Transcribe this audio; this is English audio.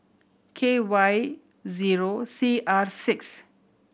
K Y zero C R six